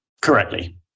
correctly